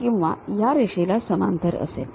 किंवा या रेषेला समांतर असेल